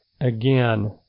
Again